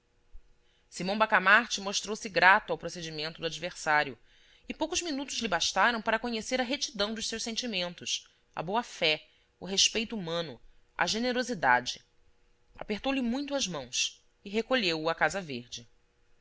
simão bacamarte mostrou-se grato ao procedimento do adversário e poucos minutos lhe bastaram para conhecer a retidão dos seus sentimentos a boa-fé o respeito humano a generosidade apertou-lhe muito as mãos e recolheu o à casa verde